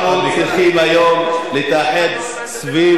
אנחנו צריכים היום להתאחד סביב,